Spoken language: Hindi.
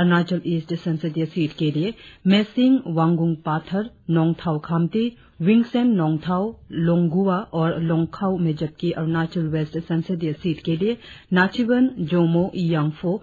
अरुणाचल ईस्ट संसदीय सीट के लिए मेसिंग वांगुनपाथर नोंगथाव खाम्ति विंगसेन नोंगथाव लोंगुवा और लोंगखाव में जबकि अरुणाचल वेस्ट संसदीय सीट के लिए नाचिबन जोमोह यांगफो